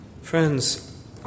Friends